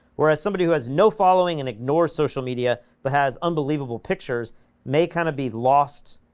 whereas somebody who has no following and ignore social media, but has unbelievable pictures may kind of be lost,